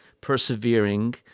persevering